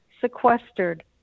sequestered